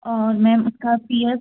और मैम उसका P F